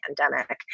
pandemic